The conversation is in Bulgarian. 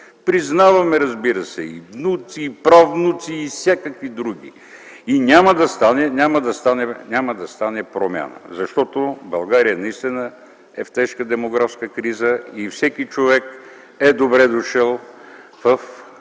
Признаваме, разбира се, и внуци, и правнуци и всякакви други. И няма да стане промяна. Защото България наистина е в тежка демографска криза и всеки човек е добре дошъл в